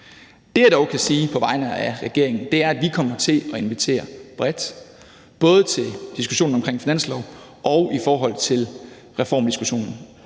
Det, jeg dog kan sige på vegne af regeringen, er, at vi kommer til at invitere bredt både til diskussionen om finansloven og til reformdiskussionen.